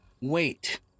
Wait